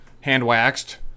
hand-waxed